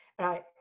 Right